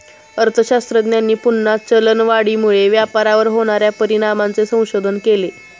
अर्थशास्त्रज्ञांनी पुन्हा चलनवाढीमुळे व्यापारावर होणार्या परिणामांचे संशोधन केले